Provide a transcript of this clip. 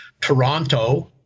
Toronto